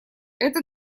это